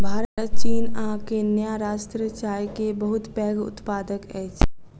भारत चीन आ केन्या राष्ट्र चाय के बहुत पैघ उत्पादक अछि